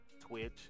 Twitch